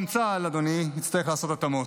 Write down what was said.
גם צה"ל, אדוני, יצטרך לעשות התאמות.